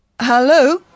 Hello